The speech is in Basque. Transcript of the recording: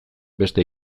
beste